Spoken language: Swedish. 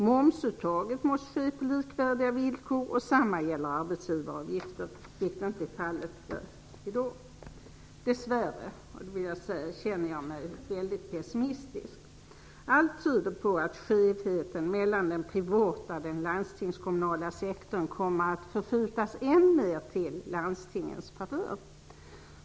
Momsuttaget måste ske på likvärdiga villkor, och samma gäller arbetsgivaravgifter, vilket inte är fallet i dag. Dess värre känner jag mig väldigt pessimistisk. Allt tyder på att skevheten mellan den privata och den landstingskommunala sektorn kommer att förskjutas än mer till landstingens favör.